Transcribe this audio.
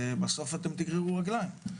שבסוף אתם תגררו רגליים,